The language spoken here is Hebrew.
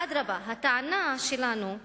אדרבה, הטענה שלנו היא